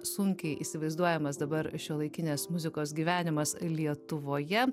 sunkiai įsivaizduojamas dabar šiuolaikinės muzikos gyvenimas lietuvoje